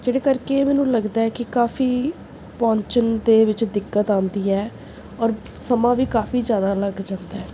ਜਿਹਦੇ ਕਰਕੇ ਇਹ ਮੈਨੂੰ ਲੱਗਦਾ ਕਿ ਕਾਫੀ ਪਹੁੰਚਣ ਦੇ ਵਿੱਚ ਦਿੱਕਤ ਆਉਂਦੀ ਹੈ ਔਰ ਸਮਾਂ ਵੀ ਕਾਫੀ ਜ਼ਿਆਦਾ ਲੱਗ ਜਾਂਦਾ